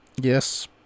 Yes